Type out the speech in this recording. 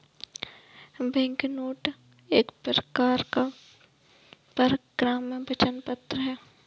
banknote एक प्रकार का परक्राम्य वचन पत्र है